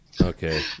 okay